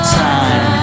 time